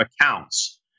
accounts